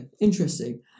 Interesting